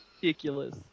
Ridiculous